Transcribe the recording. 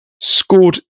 scored